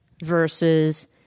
versus